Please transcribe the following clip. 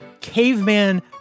caveman